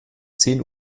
zehn